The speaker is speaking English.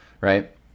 right